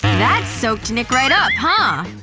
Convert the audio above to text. that soaked nick right up, huh?